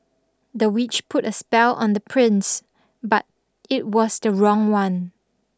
the witch put a spell on the prince but it was the wrong one